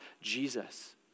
Jesus